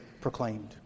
proclaimed